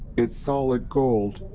it's solid gold,